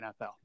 NFL